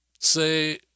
say